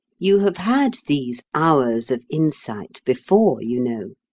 you have had these hours of insight before, you know.